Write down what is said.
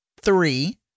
three